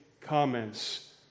comments